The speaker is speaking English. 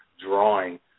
drawing